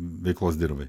veiklos dirvai